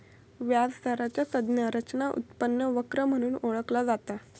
व्याज दराचा संज्ञा रचना उत्पन्न वक्र म्हणून ओळखला जाता